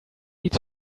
need